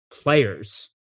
players